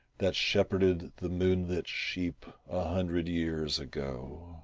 that shepherded the moonlit sheep a hundred years ago.